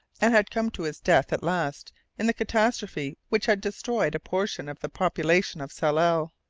and had come to his death at last in the catastrophe which had destroyed a portion of the population of tsalal.